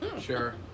Sure